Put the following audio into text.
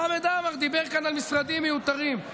חמד עמאר דיבר כאן על משרדים מיותרים.